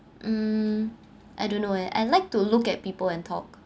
um I don't know eh I like to look at people and talk